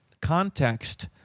context